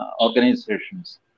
organizations